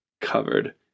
covered